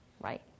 right